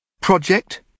Project